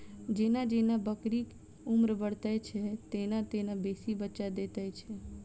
जेना जेना बकरीक उम्र बढ़ैत छै, तेना तेना बेसी बच्चा दैत छै